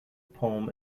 poem